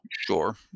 Sure